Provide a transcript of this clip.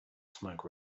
smoke